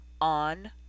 On